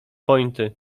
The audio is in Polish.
pointy